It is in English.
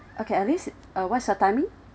okay alice uh what's your timing